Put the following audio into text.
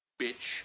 bitch